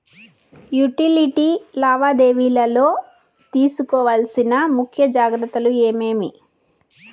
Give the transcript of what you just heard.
Utility లావాదేవీల లో తీసుకోవాల్సిన ముఖ్య జాగ్రత్తలు ఏమేమి?